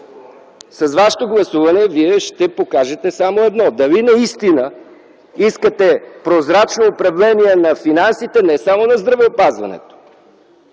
С вашето гласуване ще покажете само едно – дали наистина искате прозрачно управление на финансите не само на здравеопазването,